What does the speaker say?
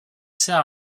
sert